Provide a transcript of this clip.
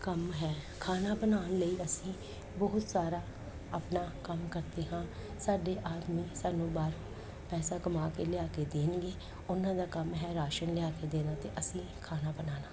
ਕੰਮ ਹੈ ਖਾਣਾ ਬਣਾਉਣ ਲਈ ਅਸੀਂ ਬਹੁਤ ਸਾਰਾ ਆਪਣਾ ਕੰਮ ਕਰਦੇ ਹਾਂ ਸਾਡੇ ਆਦਮੀ ਸਾਨੂੰ ਬਾਹਰ ਪੈਸਾ ਕਮਾ ਕੇ ਲਿਆ ਕੇ ਦੇਣਗੇ ਉਹਨਾਂ ਦਾ ਕੰਮ ਹੈ ਰਾਸ਼ਨ ਲਿਆ ਕੇ ਦੇਣਾ ਅਤੇ ਅਸੀਂ ਖਾਣਾ ਬਣਾਉਣਾ